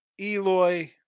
Eloy